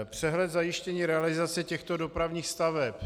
Přehled zajištění realizace těchto dopravních staveb.